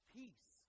peace